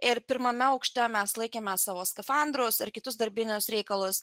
ir pirmame aukšte mes laikėme savo skafandrus ir kitus darbinius reikalus